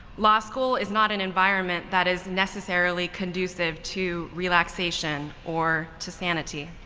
law school is not an environment that is necessarily conducive to relaxation or to sanity.